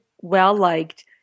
well-liked